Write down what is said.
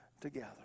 together